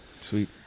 Sweet